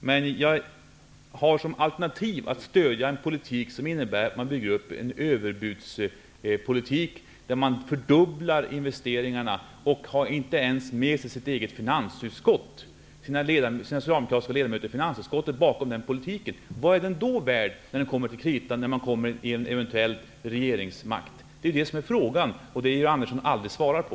Men mitt alternativ är att stödja en överbudspolitik som innebär att investeringarna fördubblas men där man inte har med sig ens de socialdemokratiska ledamöterna i finansutskottet på den politiken. Vad är den då värd när det kommer till kritian och när Socialdemokraterna eventuellt får regeringsmakten? Det är det som är frågan. Men den vill Georg Andersson aldrig svara på.